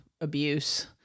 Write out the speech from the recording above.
abuse